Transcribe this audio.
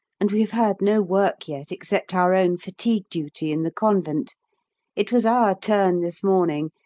and we have had no work yet except our own fatigue duty in the convent it was our turn this morning,